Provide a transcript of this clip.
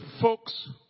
folks